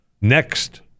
next